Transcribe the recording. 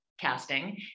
Casting